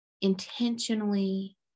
intentionally